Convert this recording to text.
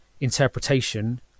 interpretation